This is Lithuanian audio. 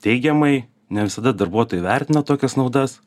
teigiamai ne visada darbuotojai vertina tokias naudas